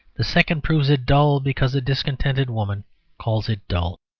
the second proves it dull because a discontented woman calls it dull.